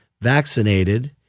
vaccinated